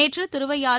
நேற்றதிருவையாறு